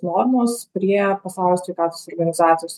normos prie pasaulio sveikatos organizacijos